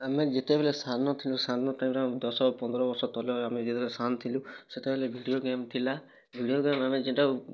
ଆମେ ଯେତେବେଲେ ସାନ ଥିଲୁ ସାନ ଟାଇମ୍ରେ ଦଶ ପନ୍ଦର୍ ବର୍ଷ ତଲେ ଆମେ ଯେତେବେଲେ ସାନ ଥିଲୁ ସେତେବେଲେ ଭିଡ଼ିଓ ଗେମ୍ ଥିଲା ଭିଡ଼ିଓ ଗେମ୍ ଆମେ ଯେନ୍ଟା